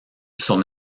son